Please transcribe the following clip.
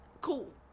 cool